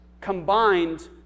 combined